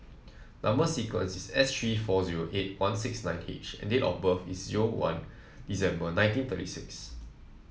number sequence is S three four zero eight one six nine H and date of birth is one December nineteen thirty six